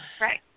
Right